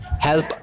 help